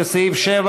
לסעיף 7,